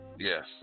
Yes